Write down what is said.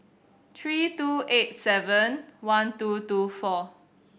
three two eight seven one two two four four